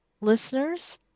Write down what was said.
listeners